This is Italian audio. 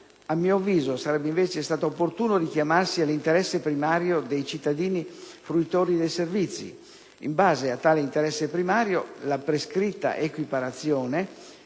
A mio avviso sarebbe invece stato opportuno richiamarsi all'interesse primario dei cittadini, fruitori dei servizi. In base a tale interesse primario la prescritta equiparazione